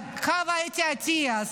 חוה אתי עטייה,